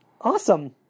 Awesome